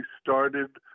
started